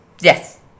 Yes